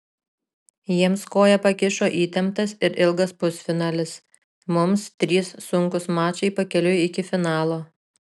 jiems koją pakišo įtemptas ir ilgas pusfinalis mums trys sunkūs mačai pakeliui iki finalo